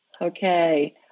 Okay